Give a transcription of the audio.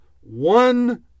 one